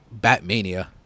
Batmania